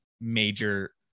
major